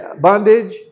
bondage